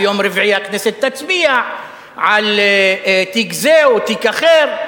ביום רביעי הכנסת תצביע על תיק זה או תיק אחר.